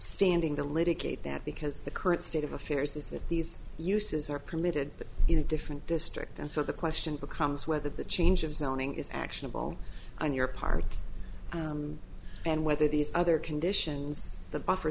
litigate that because the current state of affairs is that these uses are permitted in a different district and so the question becomes whether the change of zoning is actionable on your part and whether these other conditions the buffer